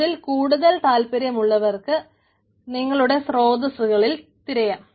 അതിൽ കൂടുതൽ താല്പര്യമുള്ളവർക്ക് നിങ്ങളുടെ സ്രോതസ്സുകളിൽ തിരയാം